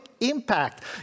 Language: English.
impact